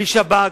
בלי שב"כ,